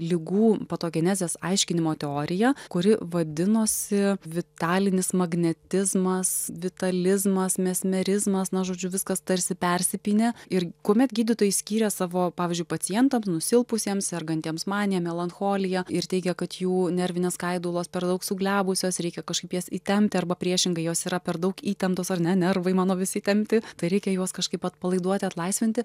ligų patogenezės aiškinimo teorija kuri vadinosi vitalinis magnetizmas vitalizmas mesmerizmas na žodžiu viskas tarsi persipynę ir kuomet gydytojai skyrė savo pavyzdžiui pacientams nusilpusiems sergantiems manija melancholija ir teigia kad jų nervinės skaidulos per daug suglebusios reikia kažkaip jas įtempti arba priešingai jos yra per daug įtemptos ar ne nervai mano visi įtempti tai reikia juos kažkaip atpalaiduoti atlaisvinti